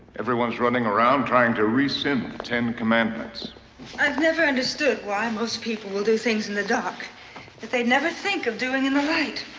everyone's running around trying to rescind the ten commandments. shela i've never understood why most people will do things in the dark that they'd never think of doing in the light.